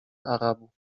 arabów